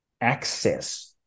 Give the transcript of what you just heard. access